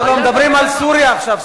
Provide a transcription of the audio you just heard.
אנחנו מדברים על סוריה עכשיו,